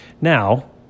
now